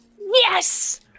Yes